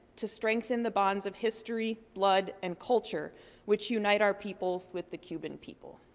to strengthen the bonds of history, blood, and culture which unite our peoples with the cuban people.